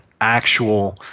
actual